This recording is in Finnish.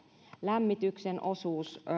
lämmityksen osuus